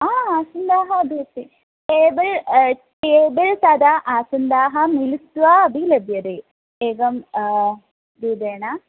हा आसन्दाः अपि अस्ति टेबळ् टेबल् तदा आसन्दाः मिलित्वा अपि लभ्यते एवं रूपेण